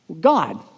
God